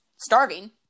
starving